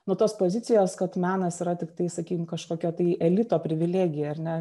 nuo tos pozicijos kad menas yra tiktai sakykim kažkoki tai elito privilegija ar ne